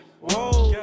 Whoa